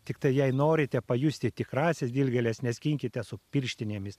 tiktai jei norite pajusti tikrąsias dilgėles neskinkite su pirštinėmis